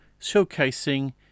showcasing